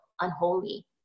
unholy